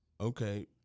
Okay